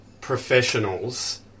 professionals